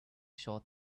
short